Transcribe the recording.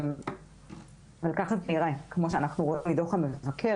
כפי שאנחנו רואים בדוח המבקר,